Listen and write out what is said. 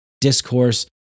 discourse